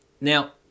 Now